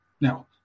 Now